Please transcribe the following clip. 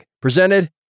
presented